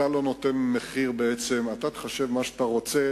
אתה לא נותן מחיר, בעצם, אתה תחשב מה שאתה רוצה